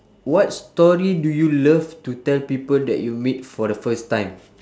what story do you love to tell people that you meet for the first time